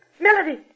Melody